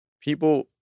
people